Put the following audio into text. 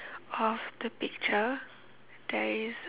of the picture there is